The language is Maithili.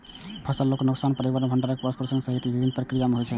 फसलक नुकसान परिवहन, भंंडारण आ प्रसंस्करण सहित विभिन्न प्रक्रिया मे होइ छै